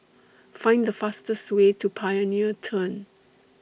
Find The fastest Way to Pioneer Turn